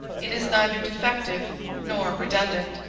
it is neither defective nor redundant.